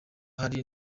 hari